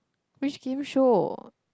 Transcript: which game show